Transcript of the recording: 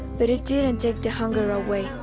but it didn't take the hunger away.